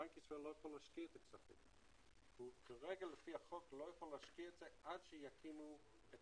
בנק ישראל לא יכול להשקיע את הכספים האלה עד שיקימו את